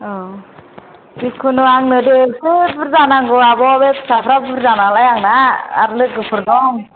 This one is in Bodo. औ जिखुनो आंनो दे एसे बुरजा नांगौ आब' बे फिसाफ्रा बुरजा नालाय आंना आरो लोगोफोर दं